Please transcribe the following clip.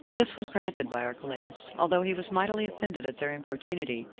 this was granted by archelaus, although he was mightily offended at their importunity,